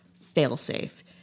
fail-safe